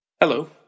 Hello